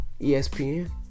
ESPN